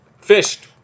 fished